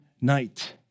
night